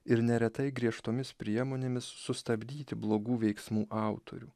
ir neretai griežtomis priemonėmis sustabdyti blogų veiksmų autorių